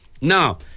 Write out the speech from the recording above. Now